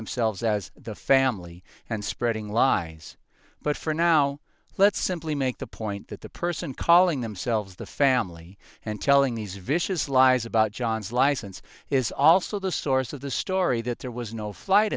themselves as the family and spreading lies but for now let's simply make the point that the person calling themselves the family and telling these vicious lies about john's license is also the source of the story that there was no flight